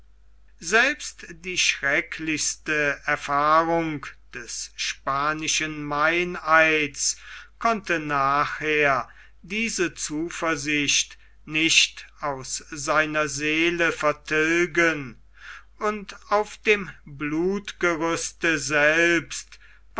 selbst die schrecklichste erfahrung des spanischen meineids konnte nachher diese zuversicht nicht aus seiner seele vertilgen und auf dem blutgerüste selbst